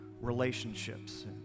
relationships